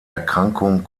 erkrankung